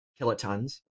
kilotons